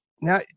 Now